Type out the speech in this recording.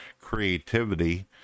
creativity